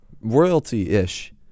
royalty-ish